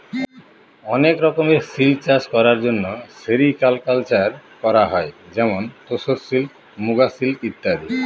অনেক রকমের সিল্ক চাষ করার জন্য সেরিকালকালচার করা হয় যেমন তোসর সিল্ক, মুগা সিল্ক ইত্যাদি